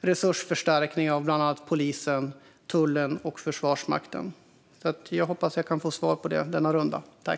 resursförstärkningarna av bland annat polisen, tullen och Försvarsmakten. Jag hoppas att jag kan få svar på detta i denna replikrunda.